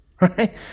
Right